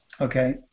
Okay